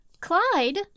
Clyde